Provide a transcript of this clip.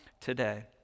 today